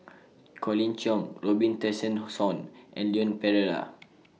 Colin Cheong Robin Tessensohn and Leon Perera